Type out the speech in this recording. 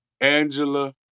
Angela